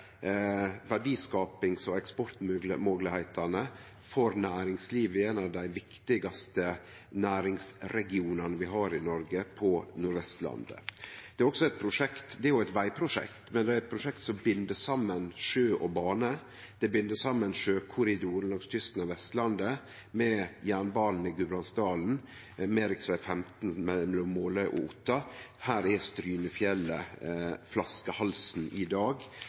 og eksport for næringslivet i ein av dei viktigaste næringsregionane vi har i Noreg, på Nord-Vestlandet. Det er eit vegprosjekt, men det er også eit prosjekt som binder saman sjø og bane, det binder saman sjøkorridoren langs kysten av Vestlandet og jernbanen i Gudbrandsdalen, ved rv. 15 Måløy–Otta. Her er Strynefjellet flaskehalsen i dag.